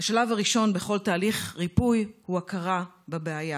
השלב הראשון בכל תהליך ריפוי הוא הכרה בבעיה.